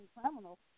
criminal